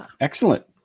Excellent